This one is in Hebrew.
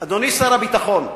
אדוני שר הביטחון,